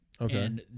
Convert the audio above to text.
Okay